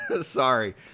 Sorry